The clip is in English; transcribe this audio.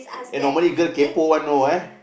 eh normally girl kaypoh one know eh